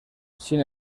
sin